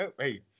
Hey